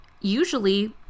usually